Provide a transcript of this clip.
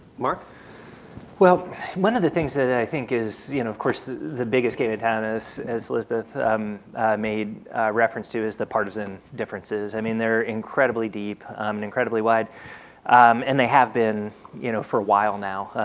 mark well one of the things that i think is you know of course the the biggest game in town as as elizabeth made reference to is that partisan differences. i mean they're incredibly deep and incredibly wide and they have been you know for a while now,